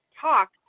talk